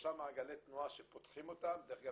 שלושה מעגלי תנועה שפותחים אותם דרך אגב,